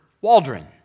Waldron